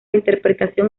interpretación